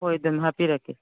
ꯍꯣꯏ ꯑꯗꯨꯝ ꯍꯥꯄꯄꯤꯔꯛꯀꯦ